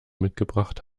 mitgebracht